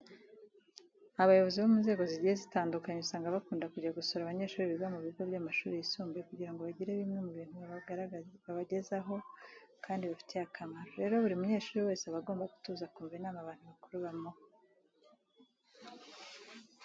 Abayobozi mu nzego zigiye zitandukanye usanga bakunda kujya gusura abanyeshuri biga mu bigo by'amashuri yisumbuye kugira ngo bagire bimwe mu bintu babagezaho kandi bibafitiye akamaro. Rero buri munyeshuri wese aba agomba gutuza akumva inama abantu bakuru bamuha.